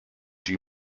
die